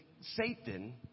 Satan